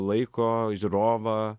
laiko žiūrovą